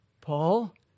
Paul